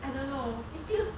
I don't know it feels